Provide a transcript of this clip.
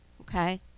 okay